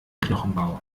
knochenbau